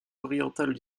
orientales